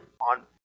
on